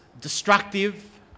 destructive